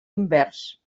invers